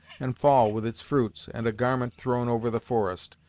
and fall with its fruits, and a garment thrown over the forest,